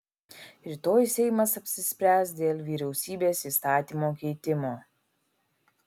rytoj seimas apsispręs dėl vyriausybės įstatymo keitimo